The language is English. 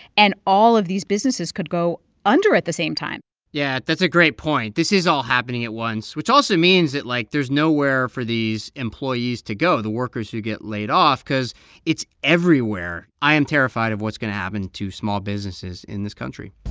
and all of these businesses could go under at the same time yeah, that's a great point. this is all happening at once, which also means that, like, there's nowhere for these employees to go the workers who get laid off because it's everywhere. i am terrified of what's going to happen to small businesses in this country,